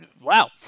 Wow